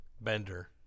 Bender